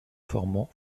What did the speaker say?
formant